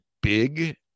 big